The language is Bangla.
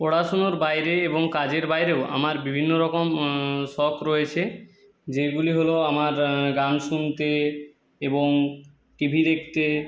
পড়াশুনোর বাইরে এবং কাজের বাইরেও আমার বিভিন্ন রকম শখ রয়েছে যেইগুলি হলো আমার গান শুনতে এবং টিভি দেখতে